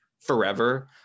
forever